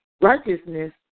Righteousness